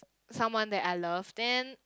someone that I love then